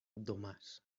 domàs